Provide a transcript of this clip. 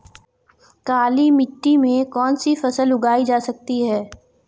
काली मिट्टी में कौनसी फसल उगाई जा सकती है?